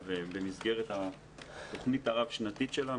כיושב-ראש התאחדות הסטודנטים,